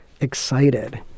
excited